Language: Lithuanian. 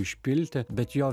išpilti bet jo